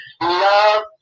love